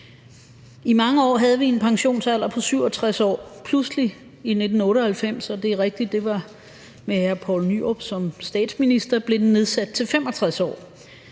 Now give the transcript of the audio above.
I mange år havde vi en pensionsalder på 67 år. Pludselig blev den i 1998 – og det er rigtigt, at det var med hr. Poul Nyrup som statsminister – nedsat til 65 år.